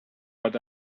but